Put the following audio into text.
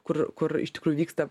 kur kur iš tikrųjų vyksta